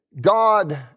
God